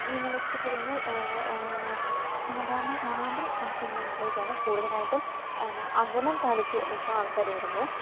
നിങ്ങളിഷ്ടപ്പെടുന്ന സാധാരണ നാടൻ സിനിമകളിലേക്കാണ് കൂടുതലായിട്ടും എന്നാ അകലം പാലിച്ചു ഇപ്പം ആൾക്കാർ വരുന്നത്